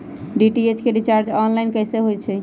DTH के recharge online कैसे होईछई?